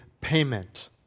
payment